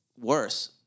worse